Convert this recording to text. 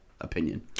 opinion